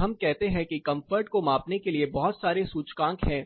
अगर हम कहते हैं कि कंफर्ट को मापने के लिए बहुत सारे सूचकांक हैं